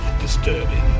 disturbing